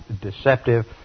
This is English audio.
deceptive